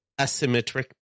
asymmetric